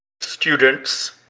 students